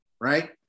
Right